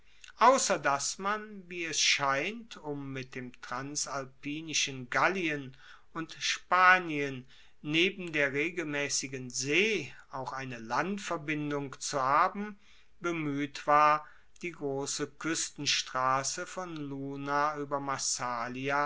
ausser dass man wie es scheint um mit dem transalpinischen gallien und spanien neben der regelmaessigen see auch eine landverbindung zu haben bemueht war die grosse kuestenstrasse von luna ueber massalia